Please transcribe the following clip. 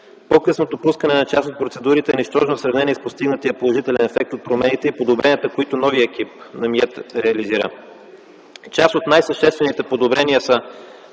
По-късното пускане на част от процедурите е нищожно в сравнение с постигнатия положителен ефект от промените и подобренията, които новият екип на МИЕТ реализира. Част от най-съществените подобрения са